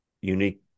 unique